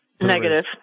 Negative